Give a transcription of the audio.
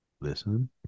Listen